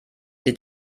sie